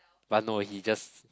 but no he just